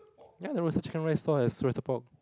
ya the roasted chicken rice stall has pork